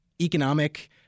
economic